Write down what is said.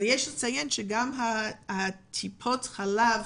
יש לציין שאנחנו עושים פיקוח גם על טיפות החלב